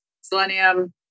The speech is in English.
Selenium